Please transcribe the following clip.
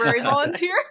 volunteer